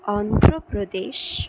Andhra Pradesh